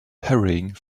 hurrying